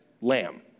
lamb